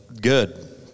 good